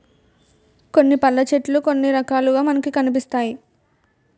కొన్ని పళ్ళు చెట్లు కొన్ని రకాలుగా మనకి కనిపిస్తాయి